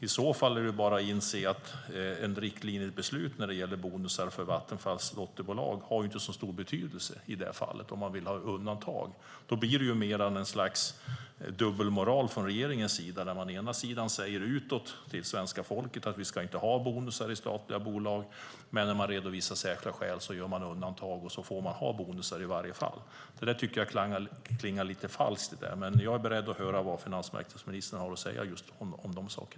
I så fall är det bara att inse att ett riktlinjebeslut när det gäller bonusar för Vattenfalls dotterbolag inte har så stor betydelse i detta fall om man vill ha undantag. Då blir det mer ett slags dubbelmoral från regeringens sida när man först säger utåt till svenska folket att vi inte ska ha bonusar i statliga bolag. Men sedan när man redovisar särskilda skäl gör man undantag och tillåter bonusar i alla fall. Det tycker jag klingar lite falskt. Men jag är beredd att höra vad finansmarknadsministern har att säga just om dessa saker.